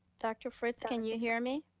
dr. fritz, can you hear me?